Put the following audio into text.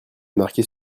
marquer